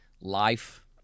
life